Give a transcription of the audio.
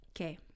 Okay